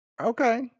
Okay